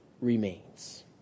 remains